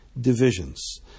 divisions